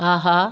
ஆஹா